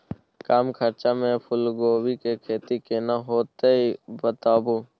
कम खर्चा में फूलकोबी के खेती केना होते बताबू?